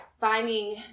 finding